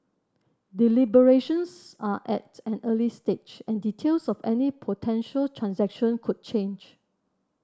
deliberations are at an early stage and details of any potential transaction could change